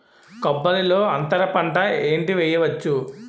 కొబ్బరి లో అంతరపంట ఏంటి వెయ్యొచ్చు?